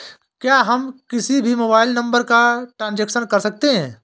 क्या हम किसी भी मोबाइल नंबर का ट्रांजेक्शन कर सकते हैं?